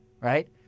right